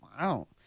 Wow